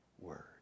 word